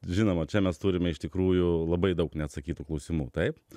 žinoma čia mes turime iš tikrųjų labai daug neatsakytų klausimų taip